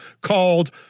called